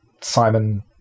Simon